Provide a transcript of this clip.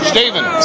Steven